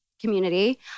community